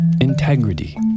integrity